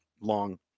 long